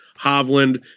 Hovland